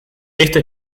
esta